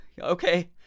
okay